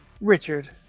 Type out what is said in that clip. Richard